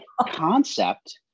concept